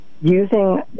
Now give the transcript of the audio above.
Using